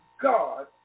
God